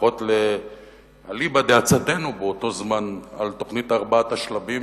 לפחות אליבא דעצתנו באותו זמן על תוכנית ארבעת השלבים,